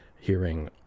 Hearing